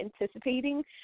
anticipating